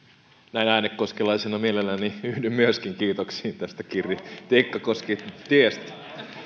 näin äänekoskelaisena mielelläni myöskin yhdyn kiitoksiin kirri tikkakoski tiestä